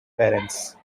parents